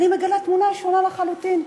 אני מגלה תמונה שונה לחלוטין,